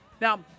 Now